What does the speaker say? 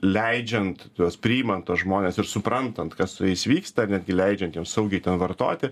leidžiant tuos priimant tuos žmones ir suprantant kas su jais vyksta netgi leidžiant jiems saugiai ten vartoti